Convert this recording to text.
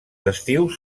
estius